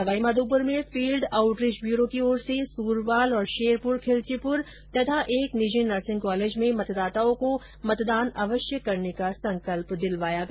सवाईमाधोपुर में field outreach bureau की ओर से सूरवाल और शेरपुर खिलचीपुर तथा एक निजी नर्सिंग कॉलेज में मतदाताओं को मतदान अवश्य करने का संकल्प दिलवाया गया